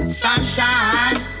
sunshine